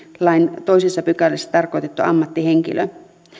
lain toisessa pykälässä tarkoitettu ammattihenkilö